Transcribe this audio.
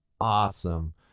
awesome